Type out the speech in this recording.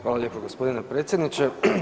Hvala lijepo gospodine predsjedniče.